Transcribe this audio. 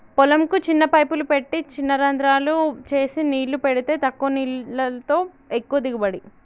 పొలం కు చిన్న పైపులు పెట్టి చిన రంద్రాలు చేసి నీళ్లు పెడితే తక్కువ నీళ్లతో ఎక్కువ దిగుబడి